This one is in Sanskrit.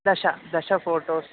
दश दश फ़ोटोस्